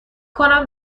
کنم